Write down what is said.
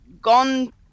gone